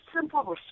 simple